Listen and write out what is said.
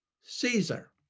caesar